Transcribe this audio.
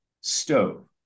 stove